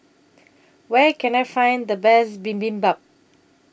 Where Can I Find The Best Bibimbap